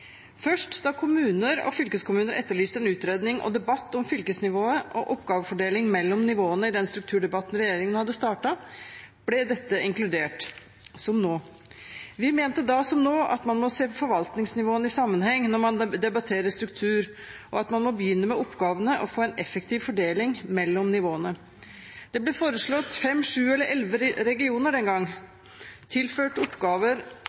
Først da kommuner og fylkeskommuner etterlyste en utredning og debatt om fylkesnivået og oppgavefordelingen mellom nivåene i den strukturdebatten regjeringen hadde startet, ble dette inkludert – slik som nå. Vi mente da, som nå, at man må se forvaltningsnivåene i sammenheng når man debatterer struktur, og at man må begynne med oppgavene og få en effektiv fordeling mellom nivåene. Det ble foreslått fem, sju eller elleve regioner den gang og tilført oppgaver